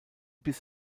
bis